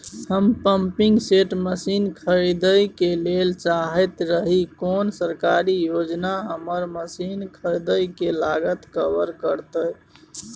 हम pumping set मसीन खरीदैय ल चाहैत रही कोन सरकारी योजना हमर मसीन खरीदय के लागत कवर करतय?